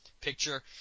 picture